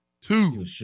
Two